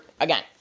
again